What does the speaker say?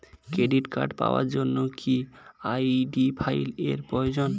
Credit card পাওয়ার জন্য কি আই.ডি ফাইল এর প্রয়োজন?